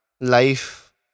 life